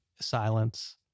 silence